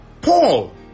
Paul